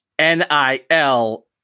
NIL